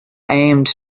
aimed